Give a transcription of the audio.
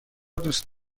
دوست